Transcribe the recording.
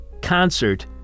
concert